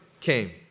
came